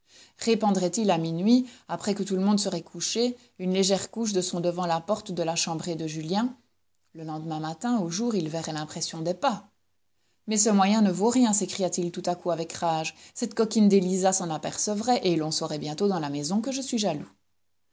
répandrait il à minuit après que tout le monde serait couché une légère couche de son devant la porte de la chambré de julien le lendemain matin au jour il verrait l'impression des pas mais ce moyen ne vaut rien s'écria-t-il tout à coup avec rage cette coquine d'élisa s'en apercevrait et l'on saurait bientôt dans la maison que je suis jaloux